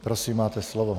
Prosím, máte slovo.